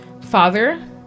Father